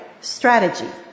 Strategy